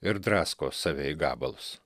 ir drasko save į gabalus